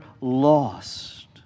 lost